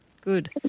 good